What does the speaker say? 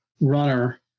runner